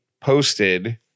posted